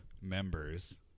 members